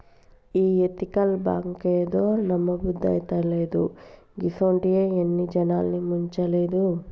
ఈ ఎతికల్ బాంకేందో, నమ్మబుద్దైతలేదు, గిసుంటియి ఎన్ని జనాల్ని ముంచలేదు